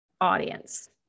audience